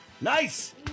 Nice